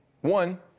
One